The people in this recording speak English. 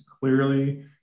clearly